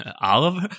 Oliver